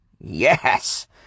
Yes